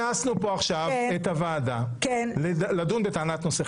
כינסנו פה עכשיו את הוועדה לדון בטענת נושא חדש.